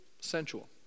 sensual